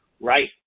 Right